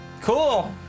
Cool